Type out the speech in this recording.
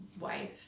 wife